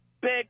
big